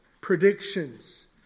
predictions